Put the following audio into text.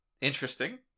Interesting